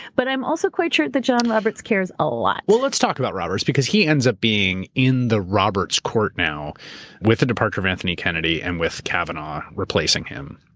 but i'm also quite sure that john roberts cares a lot. well, let's talk about roberts because he ends up being in the roberts court now with the departure of anthony kennedy and with kavanaugh replacing him.